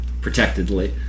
protectedly